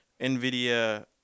NVIDIA